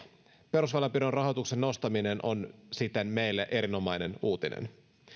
perusväylänpidon rahoituksen nostaminen on siten meille erinomainen uutinen